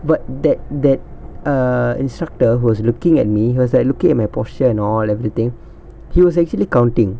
but that that err instructor who was looking at me he was like looking at my posture and all everything he was actually counting